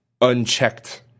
unchecked